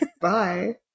Bye